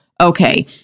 Okay